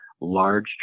large